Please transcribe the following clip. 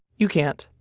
you can't.